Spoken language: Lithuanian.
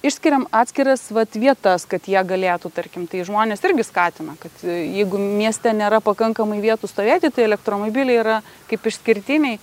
išskiriam atskiras vat vietas kad jie galėtų tarkim tai žmones irgi skatina kad jeigu mieste nėra pakankamai vietų stovėti tai elektromobiliai yra kaip išskirtiniai